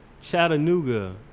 Chattanooga